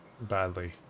badly